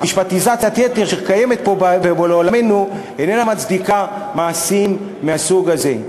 המשפטיזציה שקיימת בעולמנו איננה מצדיקה מעשים מהסוג הזה.